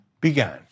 began